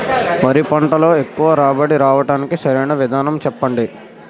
వరి పంటలో ఎక్కువ రాబడి రావటానికి సరైన విధానం చెప్పండి?